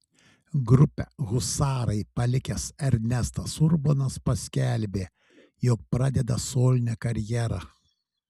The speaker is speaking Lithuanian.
grupę husarai palikęs ernestas urbonas paskelbė jog pradeda solinę karjerą